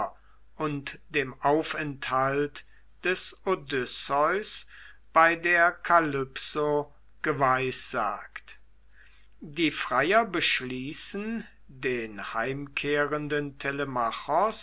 und dem aufenthalt des odysseus bei der kalypso geweissagt die freier beschließen den heimkehrenden